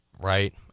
right